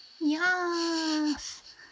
Yes